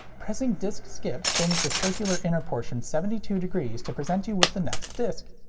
pressing disc skip spins the circular inner portion seventy two degrees to present you with the next disc.